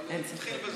אבל נתחיל,